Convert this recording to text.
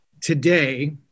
Today